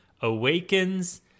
awakens